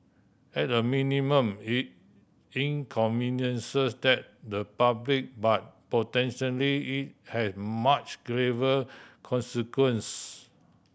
at a minimum it inconveniences that the public but potentially it has much graver consequence